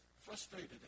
frustrated